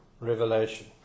revelation